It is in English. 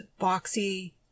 boxy